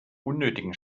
unnötigen